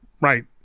right